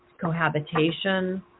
cohabitation